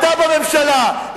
אתה בממשלה.